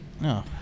No